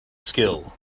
skill